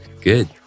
Good